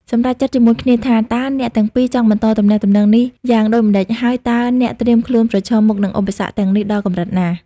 សម្រេចចិត្តជាមួយគ្នាថា តើអ្នកទាំងពីរចង់បន្តទំនាក់ទំនងនេះយ៉ាងដូចម្តេច ហើយតើអ្នកត្រៀមខ្លួនប្រឈមមុខនឹងឧបសគ្គទាំងនេះដល់កម្រិតណា។